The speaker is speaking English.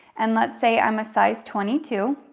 and let's say i'm a size twenty two,